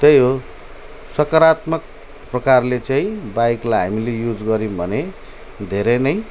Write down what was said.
त्यही हो सकारात्मक प्रकारले चाहिँ बाइकलाई हामीले युज गर्यौँ भने धेरै नै